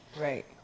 Right